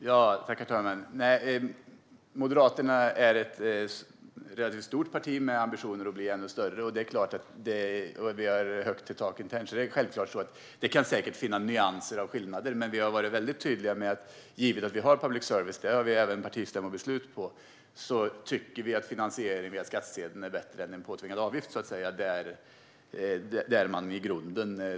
Herr talman! Moderaterna är ett relativt stort parti, med ambitionen att bli ännu större, och det är högt i tak internt. Det kan säkert finnas nyanser. Men givet att vi har public service har vi varit tydliga med att vi tycker att finansiering via skattsedeln är bättre än en påtvingad avgift. Det har vi även partistämmobeslut på.